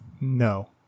No